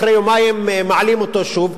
אחרי יומיים, מעלים אותו שוב.